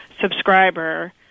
subscriber